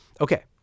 Okay